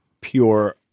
pure